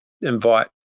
invite